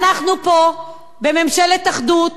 אנחנו פה בממשלת אחדות